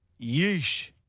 Yeesh